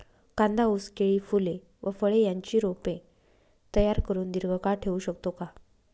कांदा, ऊस, केळी, फूले व फळे यांची रोपे तयार करुन दिर्घकाळ ठेवू शकतो का?